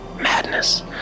madness